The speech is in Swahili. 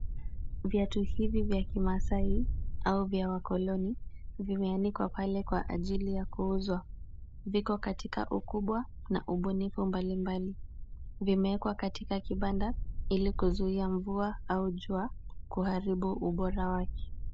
Viatu hivi vya kimaasai au vya wakoloni, vimeanikwa pale kwa ajili ya kuuzwa. Viko katika ukubwa na ubunifu mbali mbali. Vimeekwa katika kibanda ili kuzuia mvua au jua kuharibu ubora wake.